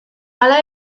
hala